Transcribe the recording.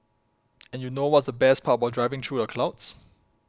and you know what's the best part about driving through the clouds